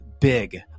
big